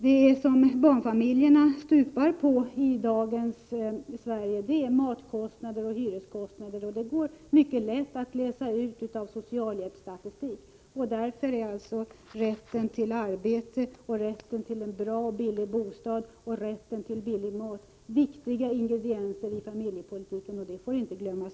Det som barnfamiljerna stupar på i dagens Sverige är matkostnader och hyreskostnader; det går mycket lätt att läsa ut i socialhjälpsstatistiken. Därför är rätten till arbete, rätten till en bra och billig bostad och rätten till billig mat viktiga ingredienser i familjepolitiken. Det får inte glömmas.